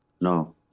No